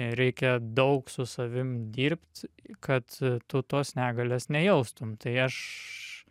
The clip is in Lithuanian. reikia daug su savim dirbt kad tu tos negalios nejaustum tai aš